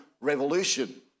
revolution